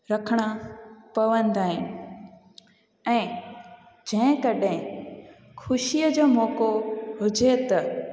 रखिणा पवंदा आहिनि ऐं जंहिं कॾहिं ख़ुशीअ जो मौको हुजे त